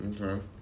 Okay